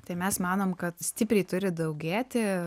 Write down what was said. tai mes manom kad stipriai turi daugėti